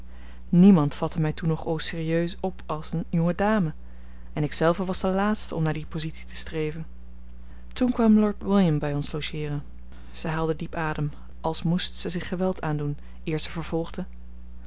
niemand vatte mij toen nog au sérieux op als een jonge dame en ik zelve was de laatste om naar die positie te streven toen kwam lord william bij ons logeeren zij haalde diep adem als moest zij zich geweld aandoen eer zij vervolgde